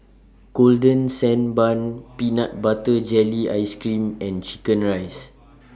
Golden Sand Bun Peanut Butter Jelly Ice Cream and Chicken Rice